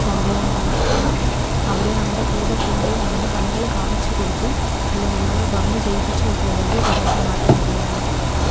സംഭവമാണ് പിന്നെ അവരെ നമ്മുടെ കൂടെ കൊണ്ടുനടന്നു പണികൾ കാണിച്ചു കൊടുത്തും അല്ലേ നമ്മൾ പറഞ്ഞു ചെയ്യിപ്പിച്ചുമൊക്കെ വരാമങ്കിൽ കുറേയൊക്കെ മാറ്റം വരുവാനായിട്ട് പറ്റും